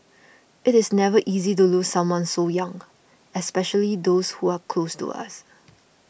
it is never easy to lose someone so young especially those who are close to us